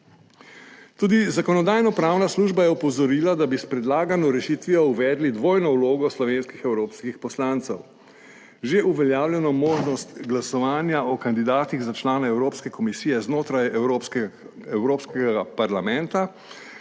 Tudi Zakonodajno-pravna služba je opozorila, da bi s predlagano rešitvijo uvedli dvojno vlogo slovenskih evropskih poslancev – že uveljavljeno možnost glasovanja o kandidatih za člane Evropske komisije znotraj Evropskega parlamenta